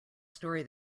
story